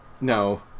no